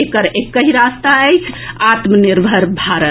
एकर एकहि रास्ता अछि आत्मनिर्भर भारत